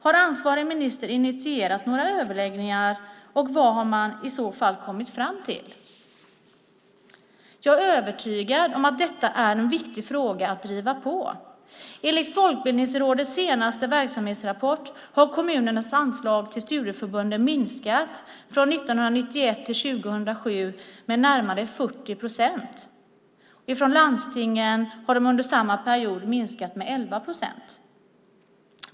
Har ansvarig minister initierat några överläggningar, och vad har man i så fall kommit fram till? Jag är övertygad om att detta är en viktig fråga att driva på. Enligt Folkbildningsrådets senaste verksamhetsrapport har kommunernas anslag till studieförbunden från 1991 till 2007 minskat med närmare 40 procent. Från landstingen har de under samma period minskat med 11 procent.